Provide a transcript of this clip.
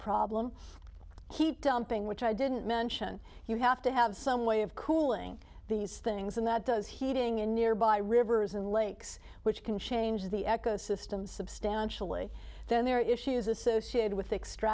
problem heat dumping which i didn't mention you have to have some way of cooling these things and that does heating in nearby rivers and lakes which can change the eco system substantially then their issues associated with extra